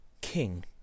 King